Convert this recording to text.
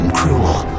cruel